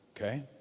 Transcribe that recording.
okay